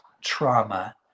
trauma